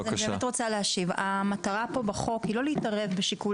אני רוצה להשיב: המטרה פה בחוק היא לא להתערב בשיקול